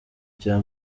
cya